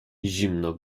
zimno